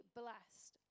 blessed